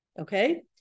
okay